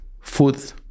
food